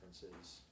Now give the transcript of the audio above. differences